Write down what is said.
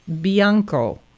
Bianco